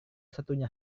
satunya